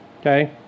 Okay